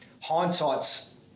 hindsight's